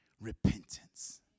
repentance